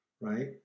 right